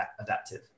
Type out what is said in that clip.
adaptive